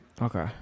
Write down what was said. Okay